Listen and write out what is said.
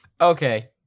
Okay